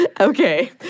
Okay